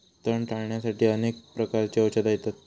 तण टाळ्याण्यासाठी अनेक प्रकारची औषधा येतत